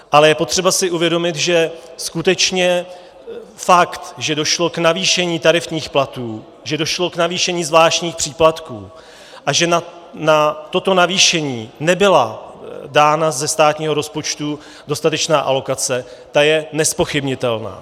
Ale je potřeba si uvědomit, že skutečně fakt, že došlo k navýšení tarifních platů, že došlo k navýšení zvláštních příplatků a že na toto navýšení nebyla dána ze státního rozpočtu dostatečná alokace, je nezpochybnitelný.